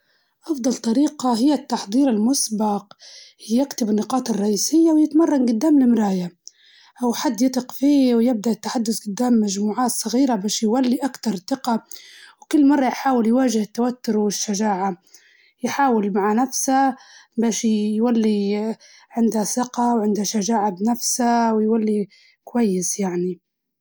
أفضل طريقة هي إنه يوتي روحه جبل يكتب النقاط يكتب نقاط رئيسية، وبعدها يتدرب جدام المراية، أو مع حد يوثق فيه، ويبدأ يتكلم قدام مجموعات صغيرة من الناس باش يولي عنده ثقة أكثر، وكل مرة يحاول يواجه التوتر هذا اللي عنده بشجاعة.